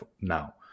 now